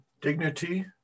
dignity